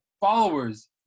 followers